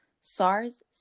SARS